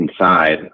inside